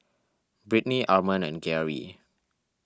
Britny Arman and Geary